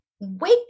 wake